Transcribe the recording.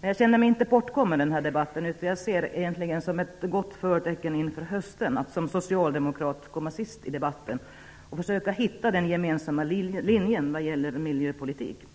Men jag känner mig ändå inte bortkommen i denna debatt utan ser det som ett gott förebud inför hösten att som socialdemokrat få komma sist i debatten och ha möjlighet att försöka hitta den gemensamma linjen i miljöpolitiken.